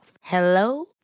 Hello